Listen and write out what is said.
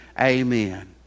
amen